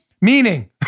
Meaning